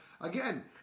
again